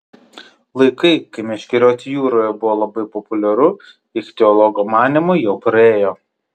laikai kai meškerioti jūroje buvo labai populiaru ichtiologo manymu jau praėjo